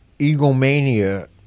egomania